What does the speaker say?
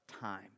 time